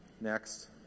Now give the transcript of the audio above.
next